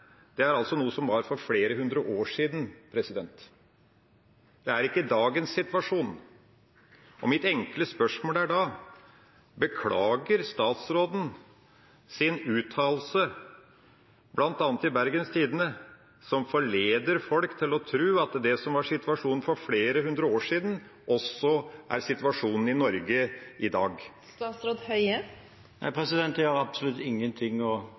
er noe som gjaldt for flere hundre år siden. Det er ikke dagens situasjon. Mitt enkle spørsmål er da: Beklager statsråden sin uttalelse, bl.a. i Bergens Tidende, som forleder folk til å tro at det som var situasjonen for flere hundre år siden, også er situasjonen i Norge i dag? Nei, jeg har absolutt ingenting å